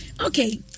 Okay